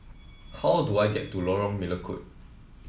how do I get to Lorong Melukut